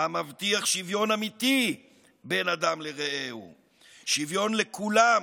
המבטיח שוויון אמיתי בין אדם לרעהו, שוויון לכולם,